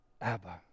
Abba